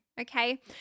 Okay